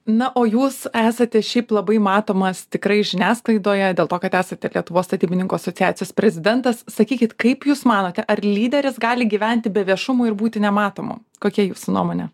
na o jūs esate šiaip labai matomas tikrai žiniasklaidoje dėl to kad esate lietuvos statybininkų asociacijos prezidentas sakykit kaip jūs manote ar lyderis gali gyventi be viešumų ir būti nematomu kokia jūsų nuomonė